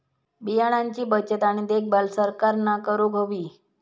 बियाणांची बचत आणि देखभाल सरकारना करूक हवी